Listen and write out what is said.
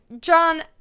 John